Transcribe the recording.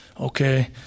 okay